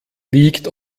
liegt